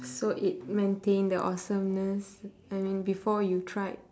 so it maintain the awesomeness I mean before you tried